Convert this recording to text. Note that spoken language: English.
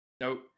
Nope